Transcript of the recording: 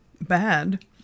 bad